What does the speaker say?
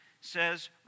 says